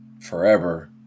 forever